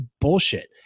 bullshit